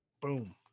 Boom